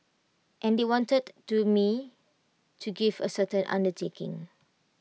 and they wanted to me to give A certain undertaking